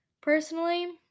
personally